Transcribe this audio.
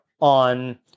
on